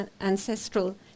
ancestral